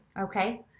Okay